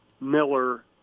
Miller